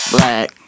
Black